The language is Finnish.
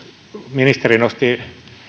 ministeri nosti